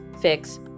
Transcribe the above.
fix